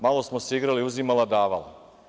Malo smo se igrali – uzimala davala.